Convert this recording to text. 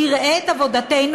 תראה את עבודתנו,